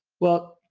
well,